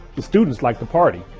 the students like to party.